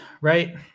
right